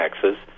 taxes